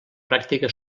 pràctica